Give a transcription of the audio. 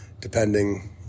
depending